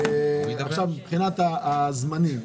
עכשיו מבחינת הזמנים,